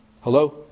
Hello